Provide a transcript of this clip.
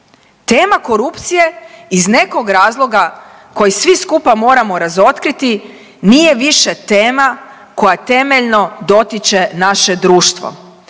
Tema korupcije iz nekog razloga koji svi skupa moramo razotkriti nije više tema koja temeljno dotiče naše društvo.